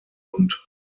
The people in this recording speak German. und